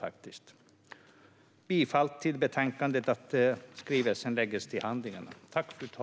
Jag yrkar bifall till utskottets förslag att lägga skrivelsen till handlingarna.